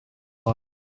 lot